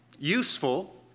Useful